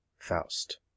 FAUST